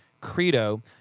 credo